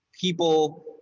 people